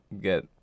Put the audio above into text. get